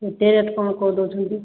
ଏତେ ରେଟ୍ କ'ଣ କହିଦେଉଛନ୍ତି